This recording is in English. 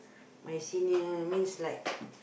my senior means like